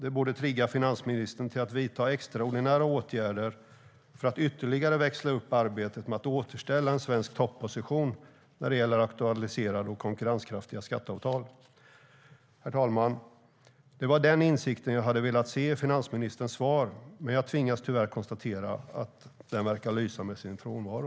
Det borde trigga finansministern att vidta extraordinära åtgärder för att ytterligare växla upp arbetet med att återställa en svensk topposition när det gäller aktualiserade och konkurrenskraftiga skatteavtal. Herr talman! Det var den insikten jag hade velat se i finansministerns svar, men jag tvingas tyvärr konstatera att den verkar lysa med sin frånvaro.